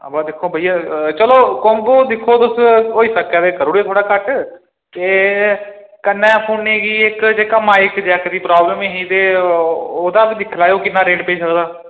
ब दिक्खो बइया चलो कोम्बो दिक्खो तुस होई सकै ते करी ओड़ेओ थोह्ड़ा घट्ट ते कन्नै फोनै ई इक जेह्का माइक जैक्क दी प्रॉबल ही ते ओह् ओह्दा बी दिक्खी लैएओ किन्ना रेट पेई सकदा